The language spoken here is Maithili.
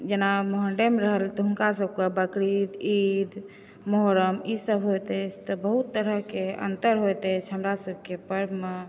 जेना मोहमडेम रहल तँ हुनका सभकए बकरीद ईद मोहर्रम ई सब होइत अछि तऽ बहुत तरहके अन्तर होइत अछि हमरा सभके पर्वमे